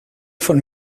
von